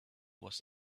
was